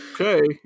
Okay